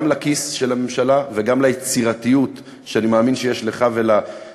גם לכיס של הממשלה וגם ליצירתיות שאני מאמין שיש לך ולממשלה.